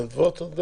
המתנדבות את מדברת?